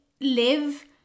live